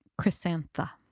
Chrysantha